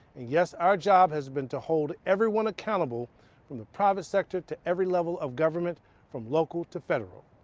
yes, our job has been to hold everyone accountable from the private sector to every level of government from local to federal.